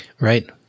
Right